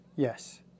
Yes